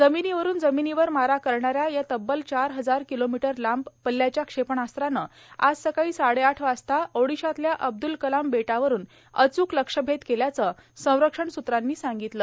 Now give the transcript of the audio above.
जमिनीवरून जमिनीवर मारा करणा या या तब्बल चार हजार किलोमीटर लांब पल्ल्याच्या क्षेपणास्त्रानं आज सकाळी साडे आठ वाजता ओडिशातल्या अब्द्ल कलाम बेटावरून अचूक लक्ष्यभेद केल्याचं संरक्षण सूत्रांनी सांगितलं